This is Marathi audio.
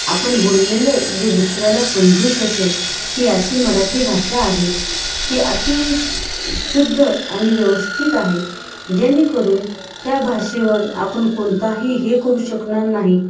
आपण बोललेलं जे दुसऱ्याला समजू शकेल ही अशी मराठी भाषा आहे ती अति शुद्ध आणि व्यवस्थित आहे जेणेकरून त्या भाषेवर आपण कोणताही हे करू शकणार नाही